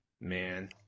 Man